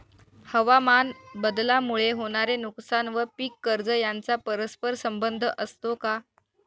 हवामानबदलामुळे होणारे नुकसान व पीक कर्ज यांचा परस्पर संबंध असतो का?